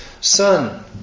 son